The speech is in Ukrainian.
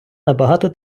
набагато